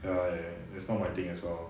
ya ya that's not my thing as well